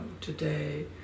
today